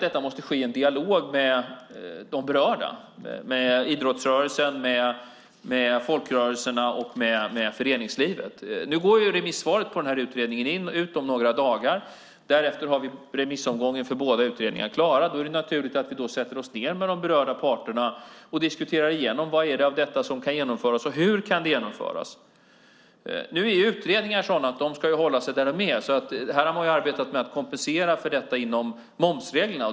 Detta måste ske i en dialog med de berörda, det vill säga med idrottsrörelsen, folkrörelserna och föreningslivet. Remisstiden för denna utredning går ut om några dagar. Därefter har vi remissomgången för båda utredningarna klara, och då är det naturligt att vi sätter oss ned med de berörda parterna och diskuterar igenom vad av detta som kan genomföras och hur det kan genomföras. Utredningar är nu sådana att de ska hålla sig där de är, så man har alltså arbetat med att kompensera för detta inom momsreglerna.